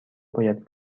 باید